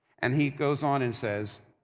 and he goes on and says,